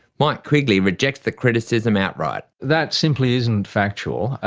mike quigley rejects the criticism outright. that simply isn't factual.